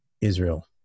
Israel